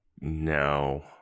No